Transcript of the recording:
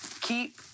keep